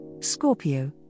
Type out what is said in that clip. Scorpio